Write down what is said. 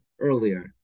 earlier